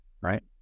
right